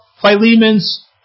Philemon's